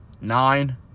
nine